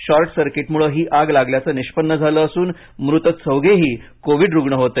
short सर्किटमुळं ही आग लागल्याचं निष्पन्न झालं असून मृत चौघेही कोविड रुग्ण होते